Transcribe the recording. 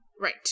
Right